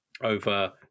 over